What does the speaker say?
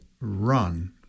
run